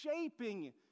shaping